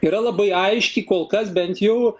yra labai aiški kol kas bent jau